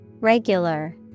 Regular